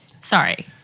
Sorry